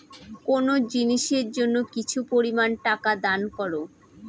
কোনো জিনিসের জন্য কিছু পরিমান টাকা দান করো